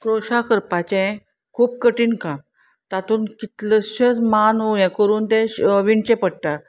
crochet करपाचें खूब कठीण काम तातूंत कितलशेंच मान हें करून तें विणचें पडटा